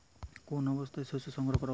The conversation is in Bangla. কোন অবস্থায় শস্য সংগ্রহ করা উচিৎ?